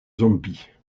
zombies